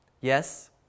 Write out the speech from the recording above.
Yes